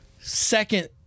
Second